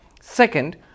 Second